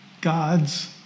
God's